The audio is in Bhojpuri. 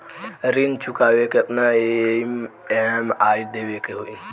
ऋण चुकावेला केतना ई.एम.आई देवेके होई?